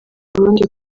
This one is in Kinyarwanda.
burundi